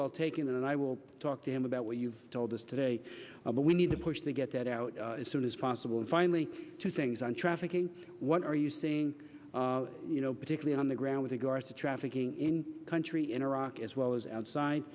well taken and i will talk to him about what you've told us today what we need to push to get that out as soon as possible finally two things on trafficking what are you saying you know particularly on the ground with regard to trafficking in country in iraq as well as outside